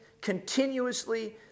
continuously